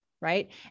right